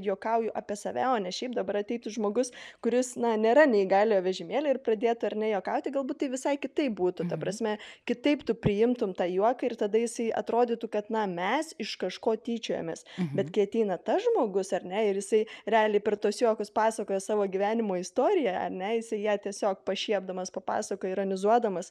juokauju apie save o ne šiaip dabar ateitų žmogus kuris na nėra neįgaliojo vežimėly ir pradėti ar ne juokauti galbūt visai kitaip būtų ta prasme kitaip tu priimtum tą juoką ir tada jisai atrodytų kad na mes iš kažko tyčiojamės bet kai ateina tas žmogus ar ne ir jisai realiai per tuos juokus pasakoja savo gyvenimo istoriją ar ne jisai ją tiesiog pašiepdamas papasakoja ironizuodamas